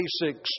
basics